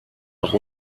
auch